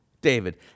David